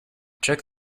check